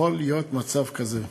יכול להיות מצב כזה.